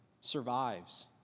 survives